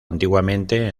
antiguamente